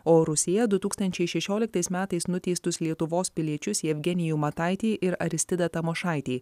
o rusija du tūkstančiai šešioliktais metais nuteistus lietuvos piliečius jevgenijų mataitį ir aristidą tamošaitį